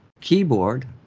keyboard